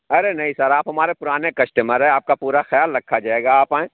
ارے نہیں سر آپ ہمارے پرانے کسٹمر ہیں آپ کا پورا خیال رکھا جائے گا آپ آئیں